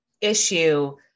issue